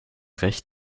recht